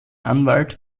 anwalt